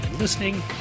Listening